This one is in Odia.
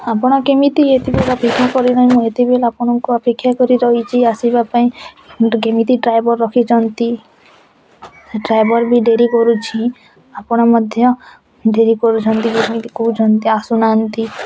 ଆପଣ କେମିତି ଏତେ ବେଳ ଆପଣଙ୍କୁ ଅପେକ୍ଷା କରି ରହିଛି ଆସିବା ପାଇଁ କେମିତି ଡ୍ରାଇଭର୍ ରଖିଛନ୍ତି ଡ୍ରାଇଭର୍ ବି ଡେରି କରୁଛି ଆପଣ ମଧ୍ୟ ଡେରି କରୁଛି ସେମିତି କହୁଛନ୍ତି ଆସୁନାହାନ୍ତି